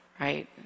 right